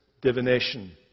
divination